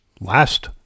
last